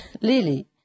Lily